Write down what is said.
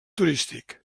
turístic